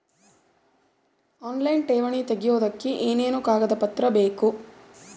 Online ಠೇವಣಿ ತೆಗಿಯೋದಕ್ಕೆ ಏನೇನು ಕಾಗದಪತ್ರ ಬೇಕು?